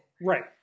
right